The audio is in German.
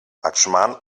adschman